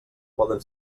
poden